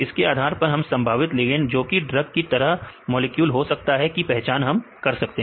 इसके आधार पर हम संभावित लिगेंड जो कि ड्रग की तरह का मॉलिक्यूल हो सकता है को पहचान सकते हैं